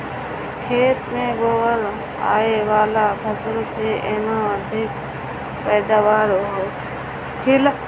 खेत में बोअल आए वाला फसल से एमे अधिक पैदावार होखेला